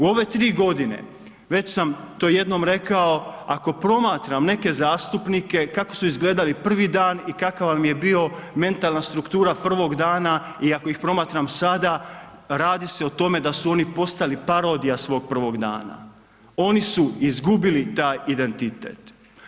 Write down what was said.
U ove 3.g. već sam to jednom rekao, ako promatram neke zastupnike kako su izgledali prvi dan i kakav vam je bio mentalna struktura prvog dana i ako ih promatram sada, radi se o tome da su oni postali parodija svog prvog dana, oni su izgubili taj identitet.